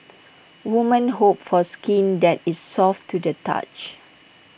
women hope for skin that is soft to the touch